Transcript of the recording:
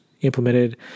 implemented